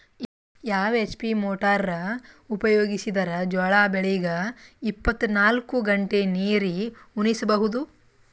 ಯಾವ HP motor ಉಪಯೋಗಿಸಿದರ ಜೋಳ ಬೆಳಿಗ ಇಪ್ಪತ ನಾಲ್ಕು ಗಂಟೆ ನೀರಿ ಉಣಿಸ ಬಹುದು?